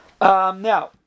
Now